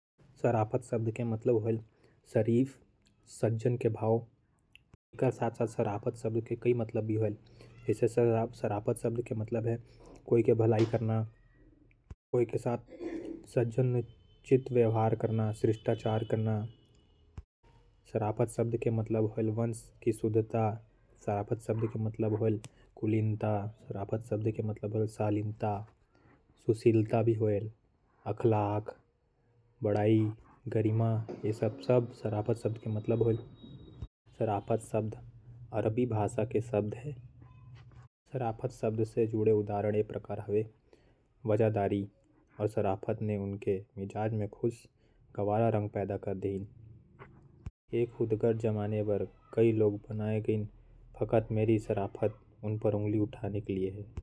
शराफ़त शब्द का मतलब है सज्जनता। कुलीनता, कुल की शुद्धता, भलमनसी, अखलाक। सुशीलता, गरिमा, सम्मान, महान होने की स्थिति। शिष्टता विनम्रता शराफ़त शब्द से जुड़े कुछ और अर्थ। शरीफ़ या सज्जन होने का भाव अच्छे शिष्टाचार वंश की शुद्धता। शराफत शब्द अरबी शब्द से लेहल गाइस है।